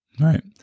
right